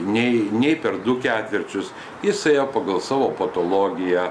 nei nei per du ketvirčius jis ėjo pagal savo patologiją